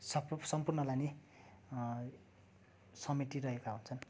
सपप सम्पूर्णलाई नै समेटिरहेका हुन्छन्